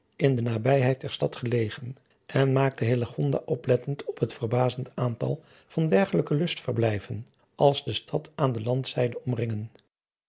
in de nabijheid der stad gelegen en maakte hillegonda oplettend op het verbazend aantal van dergelijke lustverblijven als de stad aan de landzijde omringen